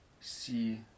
see